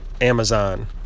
Amazon